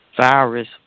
virus